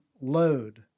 load